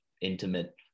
intimate